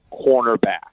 cornerback